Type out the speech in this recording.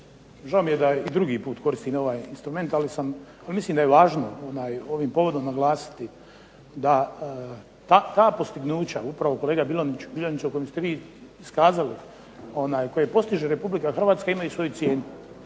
žao mi je da i drugi put koristim ovaj instrument, ali sam, pa mislim da je važno ovim povodom naglasiti da ta postignuća, upravo kolega Bilonjić o kojim ste vi iskazali, koje postiže RH imaju svoju cijenu.